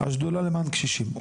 השדולה למען קשישים.